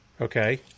Okay